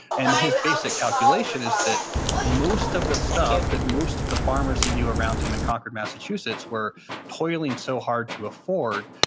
and his basic calculation is that most of the stuff that most of the farmers he knew around him in concord, massachusetts were toiling so hard to afford,